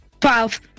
Twelve